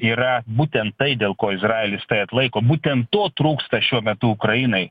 yra būtent tai dėl ko izraelis tai atlaiko būtent to trūksta šiuo metu ukrainai